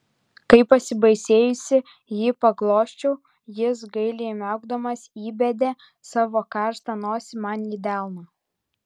kai pasibaisėjusi jį paglosčiau jis gailiai miaukdamas įbedė savo karštą nosį man į delną